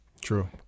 True